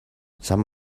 some